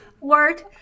word